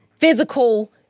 Physical